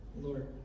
Lord